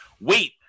wait